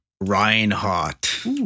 Reinhardt